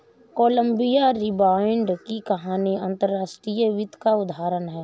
Colombia rebound की कहानी अंतर्राष्ट्रीय वित्त का उदाहरण है